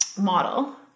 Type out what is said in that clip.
model